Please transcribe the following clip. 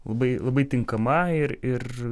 labai labai tinkama ir ir